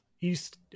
east